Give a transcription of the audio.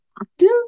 active